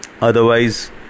otherwise